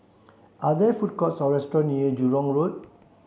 are there food courts or restaurant near Jurong Road